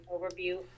overview